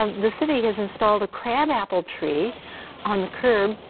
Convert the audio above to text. um the city has installed a crab apple tree on the curb,